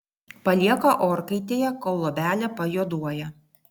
palieka orkaitėje kol luobelė pajuoduoja